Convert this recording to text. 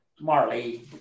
Marley